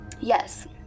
Yes